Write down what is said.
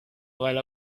while